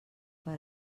per